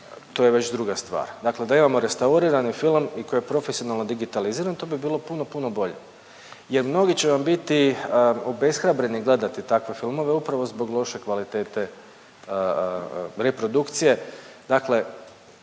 to je već druga stvar. Dakle, da imamo restaurirani film i koji je profesionalno digitaliziran to bi bilo puno, puno bolje jer mnogi će vam biti obeshrabreni gledati takve filmove upravo zbog loše kvalitete reprodukcije.